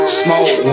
smoke